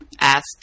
ask